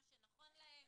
מה שנכון להם,